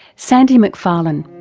sandy mcfarlane.